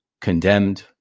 condemned